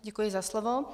Děkuji za slovo.